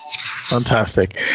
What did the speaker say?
fantastic